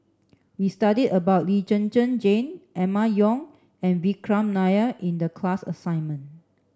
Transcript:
we studied about Lee Zhen Zhen Jane Emma Yong and Vikram Nair in the class assignment